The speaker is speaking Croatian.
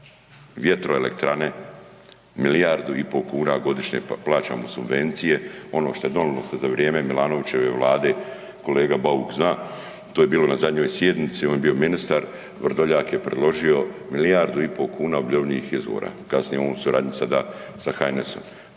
vjetroelektrane milijardu i po kuna godišnje plaćamo subvencije ono što je donilo se za vrijeme Milanovićeve vlade, kolega Bauk zna, to je bilo na zadnjoj sjednici, on je bio ministar, Vrdoljak je predložio milijardu i po kuna obnovljivih izvora kasnije on u suradnji sada sa HNS-om.